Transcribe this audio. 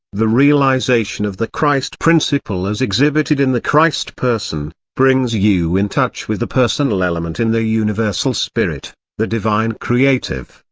the realisation of the christ principle as exhibited in the christ person, brings you in touch with the personal element in the universal spirit, the divine creative,